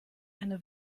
eine